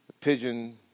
pigeon